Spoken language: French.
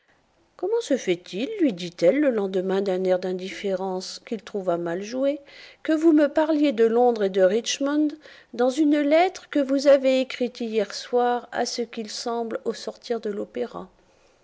comment se fait-il lui dit-elle le lendemain d'un air d'indifférence qu'il trouva mal joué que vous me parliez de londres et de richemond dans une lettre que vous avez écrite hier soir à ce qu'il semble au sortir de l'opéra